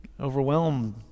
overwhelmed